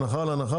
הנחה על הנחה,